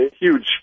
huge